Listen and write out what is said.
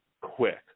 quick